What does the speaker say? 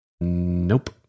Nope